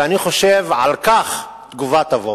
ואני חושב: על כך תגובה תבוא.